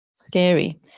scary